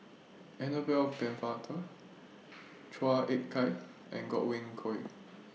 Annabel Pennefather Chua Ek Kay and Godwin Koay